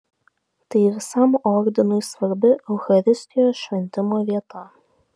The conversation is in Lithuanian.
tai visam ordinui svarbi eucharistijos šventimo vieta